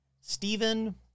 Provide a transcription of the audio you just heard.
Stephen